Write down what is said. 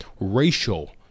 racial